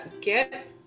Get